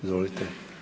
Izvolite.